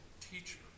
teacher